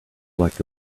like